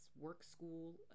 work-school